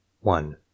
One